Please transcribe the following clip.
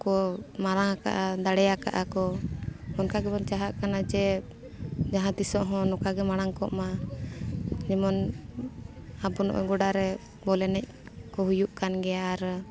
ᱠᱚ ᱢᱟᱲᱟᱝ ᱟᱠᱟᱫᱼᱟ ᱫᱟᱲᱮ ᱟᱠᱟᱫᱼᱟ ᱠᱚ ᱚᱱᱠᱟ ᱜᱮᱵᱚᱱ ᱪᱟᱦᱟᱜ ᱠᱟᱱᱟ ᱡᱮ ᱡᱟᱦᱟᱸ ᱛᱤᱥᱚᱜ ᱦᱚᱸ ᱱᱚᱝᱠᱟ ᱜᱮ ᱢᱟᱲᱟᱝ ᱠᱚᱜ ᱢᱟ ᱡᱮᱢᱚᱱ ᱟᱵᱚ ᱱᱚᱜᱼᱚᱭ ᱜᱚᱰᱟ ᱨᱮ ᱵᱚᱞ ᱮᱱᱮᱡ ᱠᱚ ᱦᱩᱭᱩᱜ ᱠᱟᱱ ᱜᱮᱭᱟ ᱟᱨ